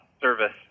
service